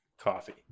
coffee